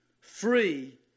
free